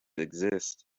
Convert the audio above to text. exist